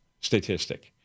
statistic